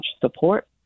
support